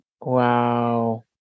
Wow